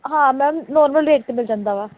ਹਾਂ ma'am normal rate 'ਤੇ ਮਿਲ ਜਾਂਦਾ ਵਾ